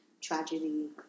tragedy